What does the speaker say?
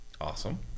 Awesome